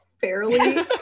fairly